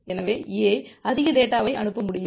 எனவே A அதிக டேட்டாவைஅனுப்ப முடியும்